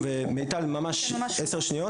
מנגנונים מהסוג הזה הוכיחו את עצמם כיעילים.